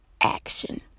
action